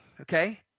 okay